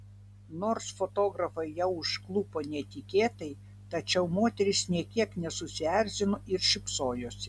nors fotografai ją užklupo netikėtai tačiau moteris nė kiek nesusierzino ir šypsojosi